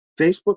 Facebook